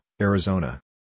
Arizona